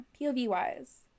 POV-wise